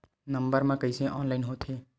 Number मा कइसे online होथे?